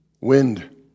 Wind